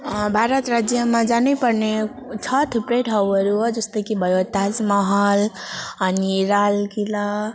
भारत राज्यमा जानु पर्ने छ थुप्रै ठाउँहरू हो जस्तै कि भयो ताजमहल अनि लाल किल्ला